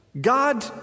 God